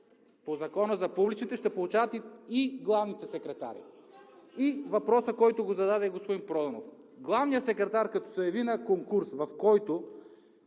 По Закона за публичните ще получават и главните секретари. И въпросът, който го зададе господин Проданов. Главният секретар, като се яви на конкурс, в който